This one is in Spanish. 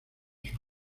sus